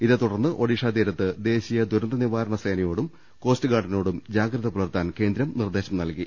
ഇതെ തുടർന്ന് ഒഡിഷ തീരത്ത് ദേശീയ ദുരന്തനിവാ രണ സേനയോടും കോസ്റ്റ് ഗാർഡിനോടും ജാഗ്രത പുലർത്താൻ കേന്ദ്രം നിർദേശം നൽകി